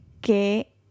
que